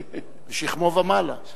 משכמו ומעלה.